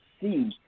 see